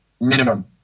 minimum